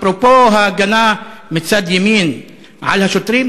אפרופו ההגנה מצד ימין על השוטרים,